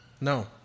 No